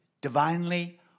divinely